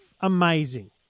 amazing